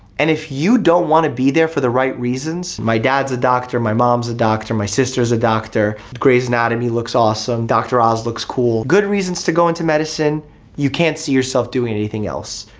and if you don't wanna be there for the right reasons, my dad's a doctor, my mom's a doctor, my sister's a doctor, grey's anatomy looks awesome, dr. oz looks cool. good reasons to go into medicine you can't see yourself doing anything else,